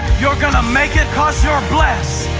you're going to make it because you're blessed.